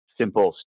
simple